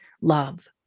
love